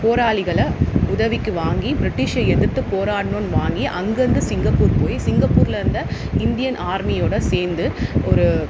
போராளிகளை உதவிக்கு வாங்கி பிரிட்டிஷை எதிர்த்து போராடணும்னு வாங்கி அங்கேருந்து சிங்கப்பூர் போய் சிங்கப்பூர்லிருந்த இந்தியன் ஆர்மியோடு சேர்ந்து ஒரு